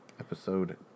episode